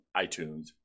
iTunes